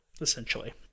essentially